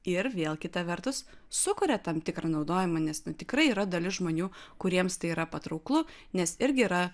ir vėl kita vertus sukuria tam tikrą naudojimą nes na tikrai yra dalis žmonių kuriems tai yra patrauklu nes irgi yra